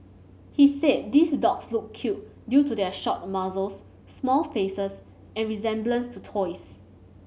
he said these dogs look cute due to their short muzzles small faces and resemblance to toys